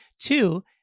Two